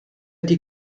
die